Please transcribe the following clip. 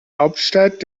hauptstadt